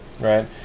Right